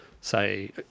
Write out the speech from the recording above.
say